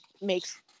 makes